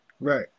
Right